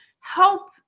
help